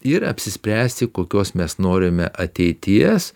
ir apsispręsti kokios mes norime ateities